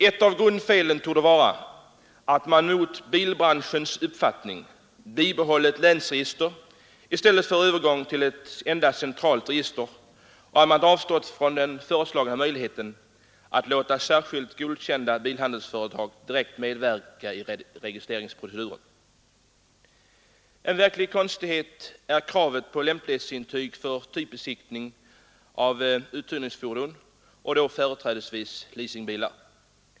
Ett av grundfelen torde vara att man mot bilbranschens uppfattning bibehållit länsregister i stället för att övergå till ett enda centralt register och att man avstått från den föreslagna möjligheten att låta särskilt godkända bilhandelsföretag direkt medverka i registreringsproceduren. En verklig konstighet är kravet på lämplighetsintyg för typbesiktigade uthyrningsfordon, företrädesvis leasingbilar.